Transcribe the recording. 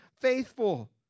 faithful